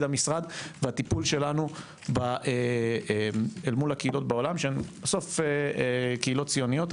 המשרד והטיפול שלנו מול הקהילות בעולם שהן בסוף קהילות ציוניות.